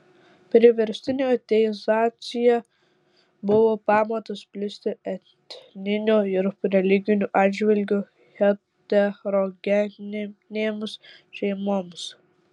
priverstinė ateizacija buvo pamatas plisti etniniu ir religiniu atžvilgiu heterogeninėms šeimoms